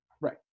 right